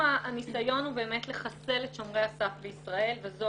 הניסיון הוא לחסל את שומרי הסף בישראל, וזאת